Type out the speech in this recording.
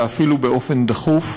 ואפילו באופן דחוף,